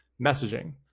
messaging